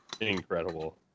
Incredible